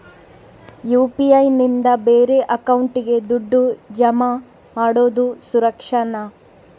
UPI ನಿಂದ ಬೇರೆ ಅಕೌಂಟಿಗೆ ದುಡ್ಡು ಜಮಾ ಮಾಡೋದು ಸುರಕ್ಷಾನಾ?